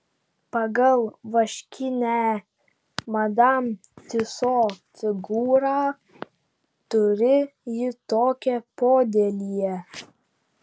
pagal vaškinę madam tiuso figūrą turi ji tokią podėlyje